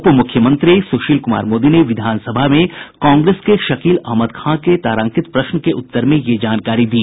उप मुख्यमंत्री सुशील कुमार मोदी ने विधानसभा में कांग्रेस के शकील अहमद खां के तारांकित प्रश्न के उत्तर में यह जानकारी दी